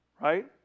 right